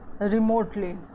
remotely